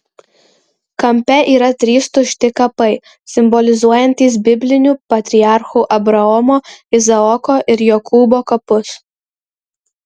kampe yra trys tušti kapai simbolizuojantys biblinių patriarchų abraomo izaoko ir jokūbo kapus